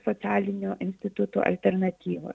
socialinių institutų alternatyvos